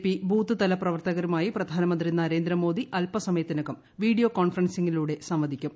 P ബൂത്ത്തല പ്രവർത്തകരുമായി പ്രധാനമന്ത്രി നരേന്ദ്രമോദി അൽപ്പസമയത്തിനകം വീഡിയോ കോൺഫറൻസിം ഗിലൂടെ സംവദിക്കും